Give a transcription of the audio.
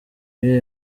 ibihe